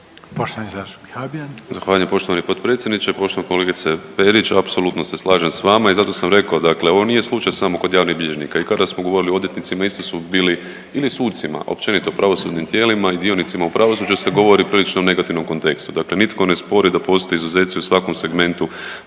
Poštovani zastupnik Habijan.